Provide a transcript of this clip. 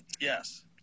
yes